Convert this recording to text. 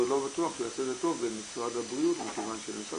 זה עוד לא בטוח שהוא יעשה את זה טוב במשרד הבריאות מכיוון שבמשרד